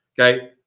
okay